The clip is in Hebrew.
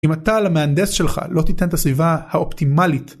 אם אתה למהנדס שלך לא תיתן את הסביבה האופטימלית